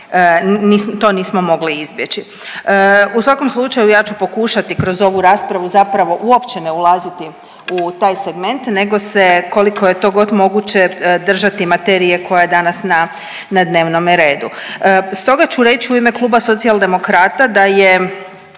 to nismo mogli izbjeći. U svakom slučaju ja ću pokušati kroz ovu raspravu zapravo uopće ne ulaziti u taj segment nego se koliko je to god moguće držati materije koja je danas na dnevnome redu. Stoga ću reći u ime kluba Socijaldemokrata da je